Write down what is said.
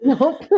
Nope